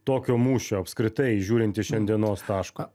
tokio mūšio apskritai žiūrint į šiandienos tašką